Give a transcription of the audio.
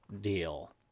deal